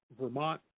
Vermont